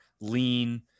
lean